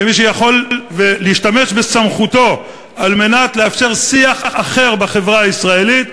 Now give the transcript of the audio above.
כמי שיכול להשתמש בסמכותו כדי לאפשר שיח אחר בחברה הישראלית,